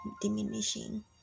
diminishing